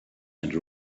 and